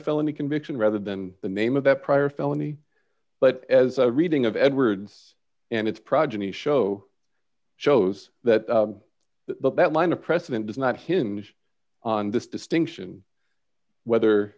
felony conviction rather than the name of that prior felony but as a reading of edwards and its progeny show shows that that line of precedent does not hinge on this distinction whether